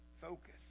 focus